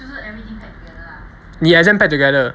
你 exam pack together